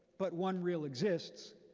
but one reel exists,